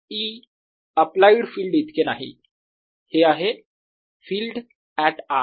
E applied field इतके नाही हे आहे फिल्ड ऍट r